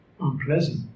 Unpleasant